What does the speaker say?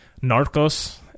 Narcos